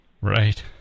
Right